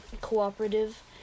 cooperative